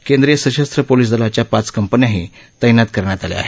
केंद्रीय सशस्त्र पोलीस दलाच्या पाच कंपन्याही तैनात केल्या आहेत